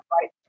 right